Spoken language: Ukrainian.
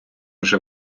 вже